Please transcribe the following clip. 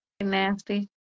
nasty